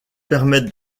permettent